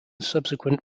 subsequent